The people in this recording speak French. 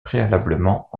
préalablement